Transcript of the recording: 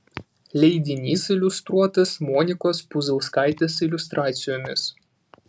leidinys iliustruotas monikos puzauskaitės iliustracijomis